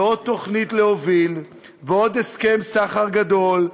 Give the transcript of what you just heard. ועוד תוכנית להוביל, ועוד הסכם סחר גדול,